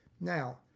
Now